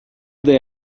there